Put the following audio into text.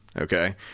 okay